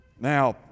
Now